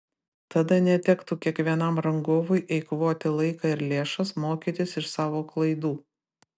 tada netektų kiekvienam rangovui eikvoti laiką ir lėšas mokytis iš savo klaidų